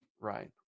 Right